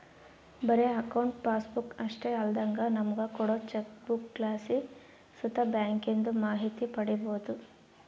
ಬರೇ account passbook ಅಷ್ಟೇ ಅಲ್ದಂಗ ನಮುಗ ಕೋಡೋ ಚೆಕ್ಬುಕ್ಲಾಸಿ ಸುತ ಬ್ಯಾಂಕಿಂದು ಮಾಹಿತಿ ಪಡೀಬೋದು